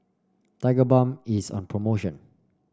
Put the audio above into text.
Tigerbalm is on promotion